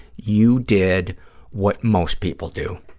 you did what most people do.